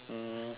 um